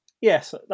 Yes